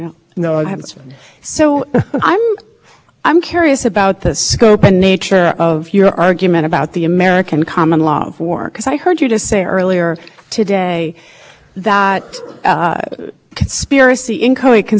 international obligations but that's a judgment for congress to make and that is the judgment the congress consider the into the reciprocal implications are reflected throughout the debates on the two thousand and six act and it is something that congress considered and that the executive branch is considered